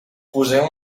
poseu